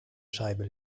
scheibe